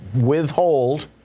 withhold